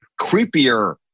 creepier